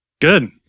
Good